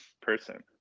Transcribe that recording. person